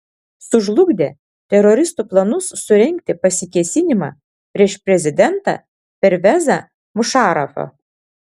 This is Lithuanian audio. sužlugdė teroristų planus surengti pasikėsinimą prieš prezidentą pervezą mušarafą